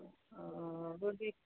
ओ